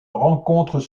rencontres